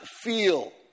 feel